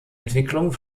entwicklung